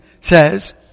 says